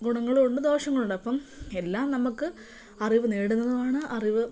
ഗുണങ്ങളുമുണ്ട് ദോഷങ്ങളുമുണ്ട് അപ്പം എല്ലാം നമുക്ക് അറിവ് നേടുന്നതുമാണ് അറിവ്